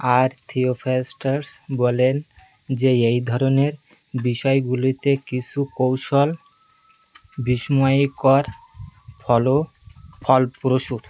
আর Theophrastus বলেন যে এই ধরনের বিষয়গুলিতে কিছু কৌশল বিস্ময়কর ফল ফলপ্রসূ